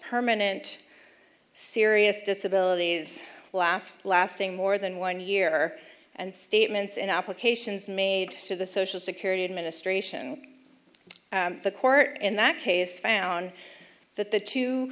permanent serious disability lafe lasting more than one year and statements and applications made to the social security administration the court in that case found that the two